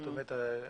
זאת אומרת,